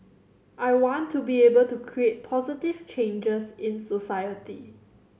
I want to be able to create positive changes in society